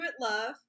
love